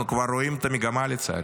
אנחנו כבר רואים את המגמה, לצערי.